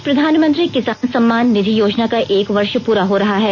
आज प्रधानमंत्री किसान सम्मान निधि योजना का एक वर्ष पूरा हो रहा है